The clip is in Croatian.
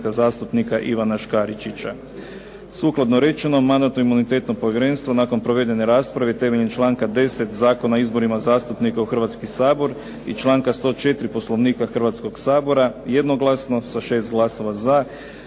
zastupnika Ivana Škaričića. Sukladno rečenom Mandatno imunitetno povjerenstvo nakon provedene rasprave temeljem članka 10. Zakona o izborima zastupnika u Hrvatski sabor i članka 104. Poslovnika Hrvatskog sabora jednoglasno, sa 6 glasova za,